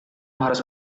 harus